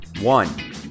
One